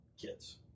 kids